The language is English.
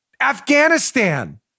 Afghanistan